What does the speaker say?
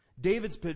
David's